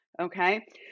Okay